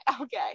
okay